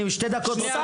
אני שתי דקות רוצה לדבר,